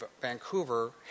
Vancouver